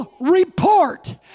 report